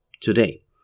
today